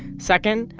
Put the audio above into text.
second,